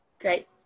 great